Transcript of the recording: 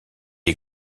est